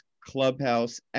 Clubhouse